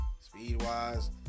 speed-wise